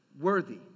worthy